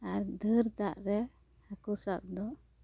ᱟᱨ ᱫᱷᱟᱹᱨ ᱫᱟᱜ ᱨᱮ ᱦᱟᱹᱠᱩ ᱥᱟᱵ ᱫᱚ